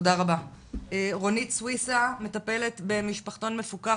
רונית סויסה מטפלת במשפחתון מפוקח,